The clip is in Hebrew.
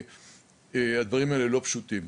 הדברים האלה לא פשוטים.